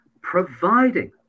providing